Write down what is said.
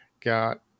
got